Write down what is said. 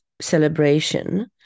celebration